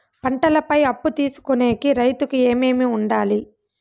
పంటల పై అప్పు తీసుకొనేకి రైతుకు ఏమేమి వుండాలి?